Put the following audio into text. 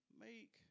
Make